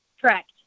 Correct